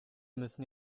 müssen